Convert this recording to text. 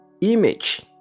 image